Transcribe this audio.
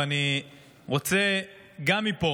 ואני רוצה גם מפה